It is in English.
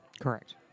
Correct